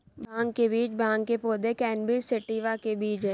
भांग के बीज भांग के पौधे, कैनबिस सैटिवा के बीज हैं